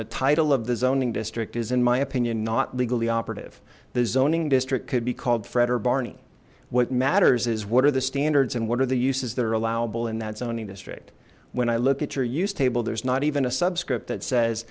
the title of the zoning district is in my opinion not legally operative the zoning district could be called fred or barney what matters is what are the standards and what are the uses that are allowable in that zoning district when i look at your use table there's not even a subscript that says